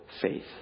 faith